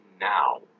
now